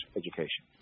education